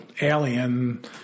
alien